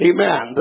Amen